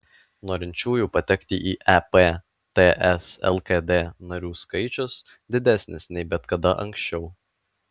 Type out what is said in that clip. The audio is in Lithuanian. norinčiųjų patekti į ep ts lkd narių skaičius didesnis nei bet kada anksčiau